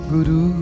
Guru